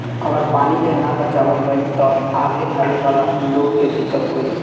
अगर पानी के ना बचावाल गइल त आगे आवे वाला लोग के दिक्कत होई